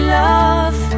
love